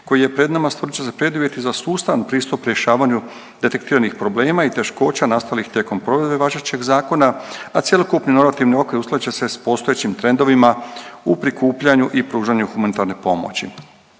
koji je pred nama stvorit će se preduvjeti za sustavan pristup rješavanju detektiranih problema i teškoća nastalih tijekom provedbe važećeg zakona, a cjelokupni normativni okvir uskladit će se s postojećim trendovima u prikupljanju i pružanju humanitarne pomoći.